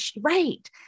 right